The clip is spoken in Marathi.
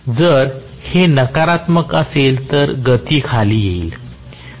जर हे नकारात्मक असेल तर गती खाली येईल